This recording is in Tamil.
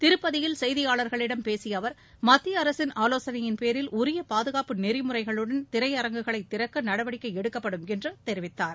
திருப்பதியில் செய்தியாளா்களிடம் பேசிய அவா் மத்திய அரசின் ஆலோசனையின் பேரில் உரிய பாதுகாப்பு நெறிமுறைகளுடன் திரையரங்குகளைத் திறக்க நடவடிக்கை எடுக்கப்படும் என்று அமைச்சர் தெரிவித்தார்